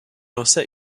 lança